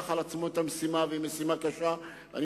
משטרת תנועה ארצית,